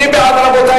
רבותי,